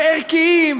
וערכיים,